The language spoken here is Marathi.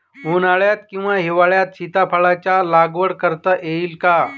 उन्हाळ्यात किंवा हिवाळ्यात सीताफळाच्या लागवड करता येईल का?